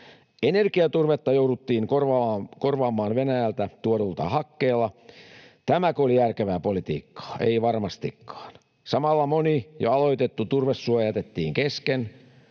Energiaturvetta jouduttiin korvaamaan Venäjältä tuodulla hakkeella. Tämäkö oli järkevää politiikkaa? Ei varmastikaan. Samalla moni jo aloitettu turvesuo jätettiin kesken.